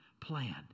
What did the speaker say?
plan